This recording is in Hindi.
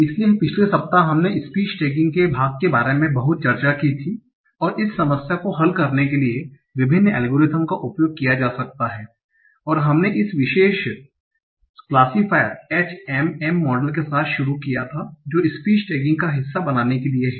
इसलिए पिछले सप्ताह हमने स्पीच टैगिंग के भाग के बारे में बहुत चर्चा की थी और इस समस्या को हल करने के लिए विभिन्न एल्गोरिदम का उपयोग किया जा सकता है और हमने एक विशेष क्लासिफायर HMM मॉडल के साथ शुरू किया जो स्पीच टैगिंग का हिस्सा बनाने के लिए है